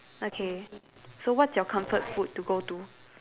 okay so what's your comfort food to go to